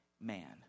man